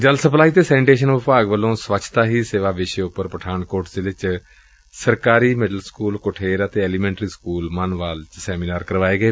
ਜਲ ਸਪਲਾਈ ਅਤੇ ਸੈਨੀਟੇਸ਼ਨ ਵਿਭਾਗ ਵੱਲੋਂ ਸਵੱਛਤਾ ਹੀ ਸੇਵਾ ਵਿਸ਼ੇ ਉਪਰ ਪਠਾਨਕੋਟ ਜ਼ਿਲ਼ੇ ਚ ਸਰਕਾਰੀ ਮਿਡਲ ਸਕੁਲ ਕੁਠੇਰ ਅਤੇ ਐਲੀਮੈਂਟਰੀ ਸਕੁਲ ਮਨਵਾਲ ਚ ਸੈਮੀਨਾਰ ਕਰਵਾਏ ਗਏ